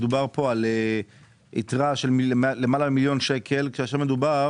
מדובר על יתרה של למעלה ממיליון שקלים כאשר מדובר